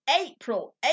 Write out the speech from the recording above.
April